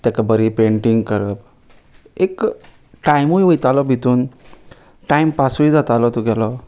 ते तेका बरी पेंटींग करप एक टायमूय वयतालो भितून टायम पासूय जातालो तुगेलो